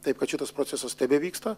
taip kad šitas procesas tebevyksta